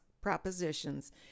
propositions